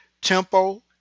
tempo